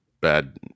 bad